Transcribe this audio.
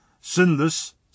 sinless